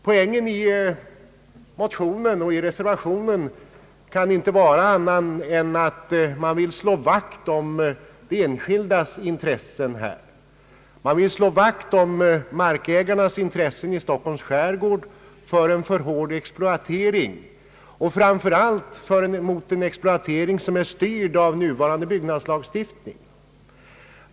Poängen i motionen och reservationen kan inte vara annat än att man vill slå vakt om de enskildas intressen. Man vill slå vakt om markägarnas intressen i Stockholms skärgård av en alltför hård exploatering, och man vänder sig emot en exploatering som är styrd av den nuvarande byggnadslagstiftningen.